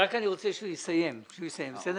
אני רק רוצה שהוא יסיים, בסדר?